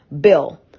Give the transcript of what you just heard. bill